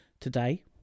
today